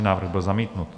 Návrh byl zamítnut.